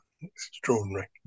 Extraordinary